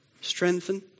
strengthen